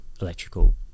electrical